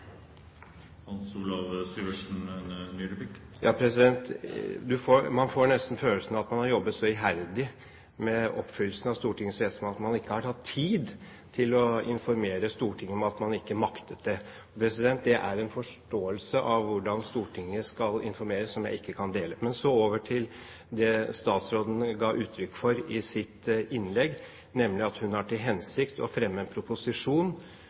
Man får nesten følelsen av at man har jobbet så iherdig med oppfyllelsen av Stortingets vedtak at man ikke har hatt tid til å informere Stortinget om at man ikke maktet det. Det er en forståelse av hvordan Stortinget skal informeres, som jeg ikke kan dele. Men så over til det statsråden ga uttrykk for i sitt innlegg, nemlig at hun har til hensikt å fremme en proposisjon